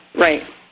right